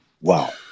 wow